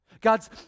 God's